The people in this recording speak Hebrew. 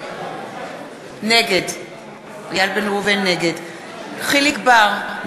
נגד יחיאל חיליק בר,